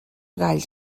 galls